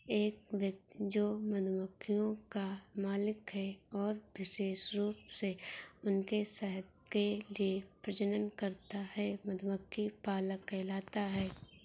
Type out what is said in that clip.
एक व्यक्ति जो मधुमक्खियों का मालिक है और विशेष रूप से उनके शहद के लिए प्रजनन करता है, मधुमक्खी पालक कहलाता है